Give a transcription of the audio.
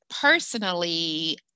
personally